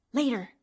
later